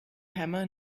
hammer